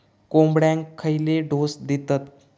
कोंबड्यांक खयले डोस दितत?